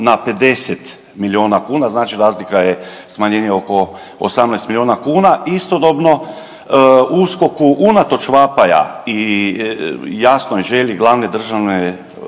na 50 milijuna kuna, znači razlika je smanjenje oko 18 milijuna kuna. Istodobno USKOK-u unatoč vapaja i jasnoj želji glavne državne